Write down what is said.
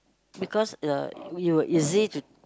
because uh we will easy to